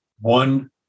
one